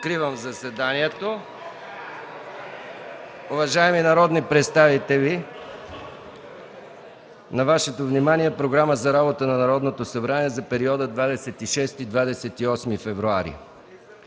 пленарното заседание. Уважаеми народни представители, на Вашето внимание е Програма за работата на Народното събрание за периода 26 – 28 февруари